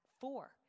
four